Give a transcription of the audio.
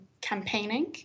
campaigning